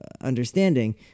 understanding